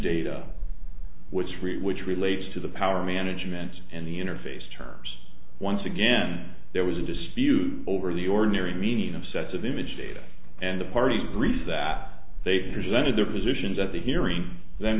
data which we which relates to the power management and the interface terms once again there was a dispute over the ordinary meaning of sets of image data and the party agrees that they presented their positions at the hearing the